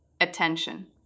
Attention